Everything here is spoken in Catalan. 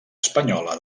espanyola